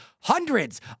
hundreds